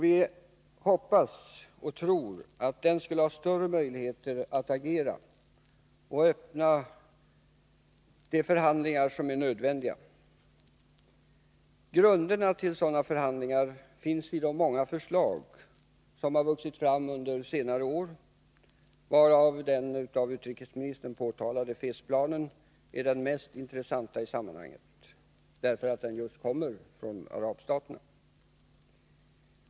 Vi hoppas och tror att den skulle ha större möjligheter att agera och öppna de förhandlingar som är nödvändiga. Grunderna till sådana förhandlingar finns i de många förslag som har växt fram under senare år, av vilka den av utrikesministern nämnda fredsplanen är den mest intressanta i sammanhanget därför att den kommer från arabstaterna.